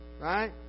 Right